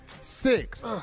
Six